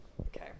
Okay